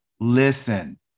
Listen